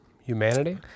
humanity